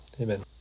amen